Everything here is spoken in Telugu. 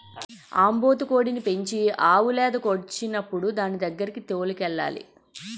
ఆంబోతు కోడిని పెంచి ఆవు లేదకొచ్చినప్పుడు దానిదగ్గరకి తోలుకెళ్లాలి